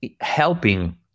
helping